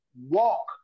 walk